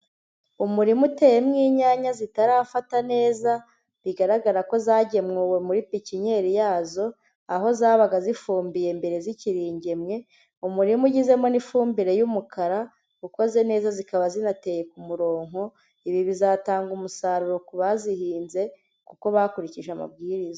Umurima uteyemo inyanya zitarafata neza. Bigaragara ko zagemuwe muri pikinnyeri yazo, aho zabaga zifumbiye mbere zikiringemwe, umurima ugizemo n'ifumbire y'umukara. Ukoze neza zikaba zinateye ku murongonko. Ibi bizatanga umusaruro ku bazihinze, kuko bakurikije amabwiriza.